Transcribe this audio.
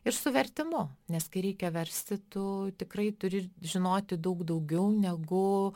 ir su vertimu nes kai reikia versti tu tikrai turi žinoti daug daugiau negu